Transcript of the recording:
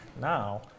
Now